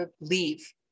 leave